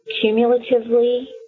cumulatively